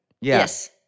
Yes